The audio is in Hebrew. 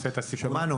שמענו.